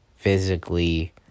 physically